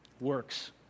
works